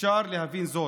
אפשר להבין זאת.